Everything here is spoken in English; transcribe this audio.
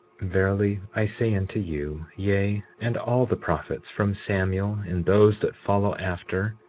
verily i say unto you, yea, and all the prophets from samuel and those that follow after,